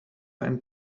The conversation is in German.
einen